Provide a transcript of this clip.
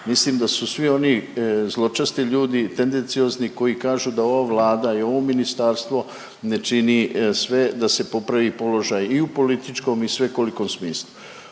mislim da su svi oni zločesti ljudi tendenciozni koji kažu da ova Vlada i ovo ministarstvo ne čini sve da se popravi položaj i u političkom i svekolikom smislu.